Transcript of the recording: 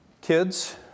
Kids